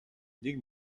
нэг